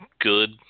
good